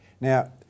Now